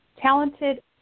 talented